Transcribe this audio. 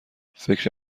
فکر